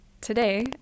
today